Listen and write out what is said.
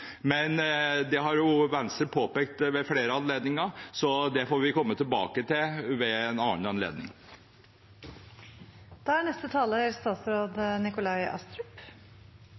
men det har jo Venstre påpekt ved flere anledninger, så det får vi komme tilbake til en annen